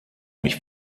mich